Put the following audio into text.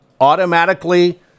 automatically